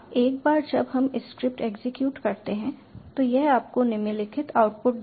एक बार जब हम स्क्रिप्ट एग्जीक्यूट करते हैं तो यह आपको निम्नलिखित आउटपुट देगा